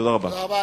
תודה רבה.